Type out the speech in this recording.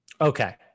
Okay